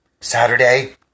Saturday